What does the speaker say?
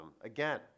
again